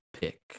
Pick